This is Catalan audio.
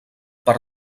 per